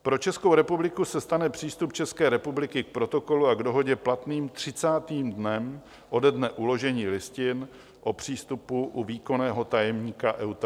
Pro Českou republiku se stane přístup České republiky k Protokolu a k Dohodě platným třicátým dnem ode dne uložení listin o přístupu u výkonného tajemníka EUTELSAT.